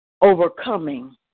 overcoming